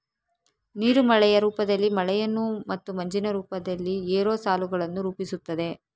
ನೀರು ಮಳೆಯ ರೂಪದಲ್ಲಿ ಮಳೆಯನ್ನು ಮತ್ತು ಮಂಜಿನ ರೂಪದಲ್ಲಿ ಏರೋಸಾಲುಗಳನ್ನು ರೂಪಿಸುತ್ತದೆ